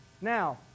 Now